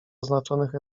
oznaczonych